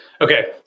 Okay